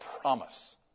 promise